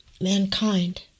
mankind